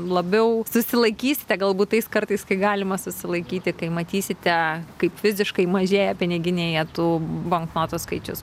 labiau susilaikysite galbūt tais kartais kai galima susilaikyti kai matysite kaip fiziškai mažėja piniginėje tų banknotų skaičius